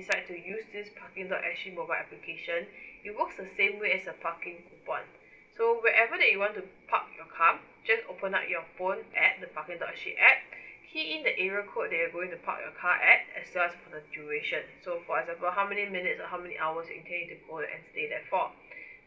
decide to use this parking dot S G mobile application it works the same way as the parking coupon so wherever that you want to park your car just open up your phone app the parking dot S G app key in the area code that you're going to park your car at as well as the duration so for example how many minutes or how many hours that you intend to go and stay there for